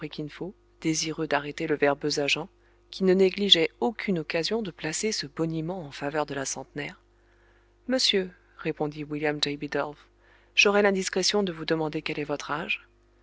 désireux d'arrêter le verbeux agent qui ne négligeait aucune occasion de placer ce boniment en faveur de la centenaire monsieur répondit william j bidulph j'aurai l'indiscrétion de vous demander quel est votre âge